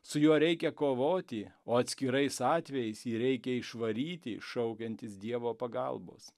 su juo reikia kovoti o atskirais atvejais jį reikia išvaryti šaukiantis dievo pagalbos